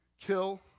kill